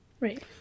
right